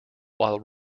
while